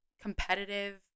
competitive